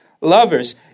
lovers